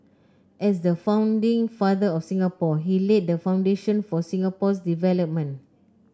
as the founding father of Singapore he laid the foundation for Singapore's development